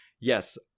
Yes